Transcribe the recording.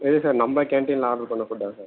எது சார் நம்ப கேண்டீனில் ஆட்ரு பண்ணிண ஃபுட்டா சார்